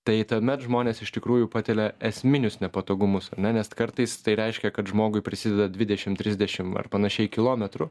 tai tuomet žmonės iš tikrųjų patiria esminius nepatogumus ar ne nes kartais tai reiškia kad žmogui prisideda dvidešim trisdešim ar panašiai kilometrų